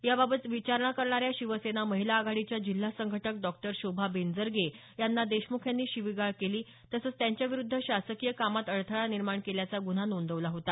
याबाबत विचारणा करणाऱ्या शिवसेना महिला आघाडीच्या जिल्हा संघटक डॉक्टर शोभा बेंजरगे यांना देशमुख यांनी शिवीगाळ केली तसंच त्यांच्या विरूद्ध शासकीय कामात अडथळा निर्माण केल्याचा गुन्हा नोंदवला होता